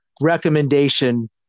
recommendation